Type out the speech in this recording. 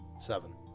seven